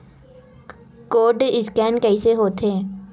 Code scan कइसे होथे?